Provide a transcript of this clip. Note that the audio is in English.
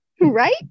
Right